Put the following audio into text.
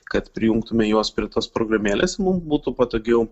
kad prijungtume juos prie tos programėlės mum būtų patogiau